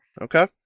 okay